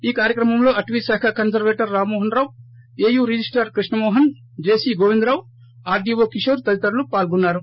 ఈ కార్యక్రమంలో అటవ్శాఖ conservator Rammohan Rao AU registrar Krishnamohan JC Govinda Rao RDO Kishore తదితరులు పాల్గొన్నారు